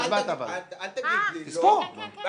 לא, אבל היא לא רשמה.